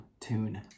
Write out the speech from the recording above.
tune